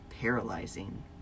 paralyzing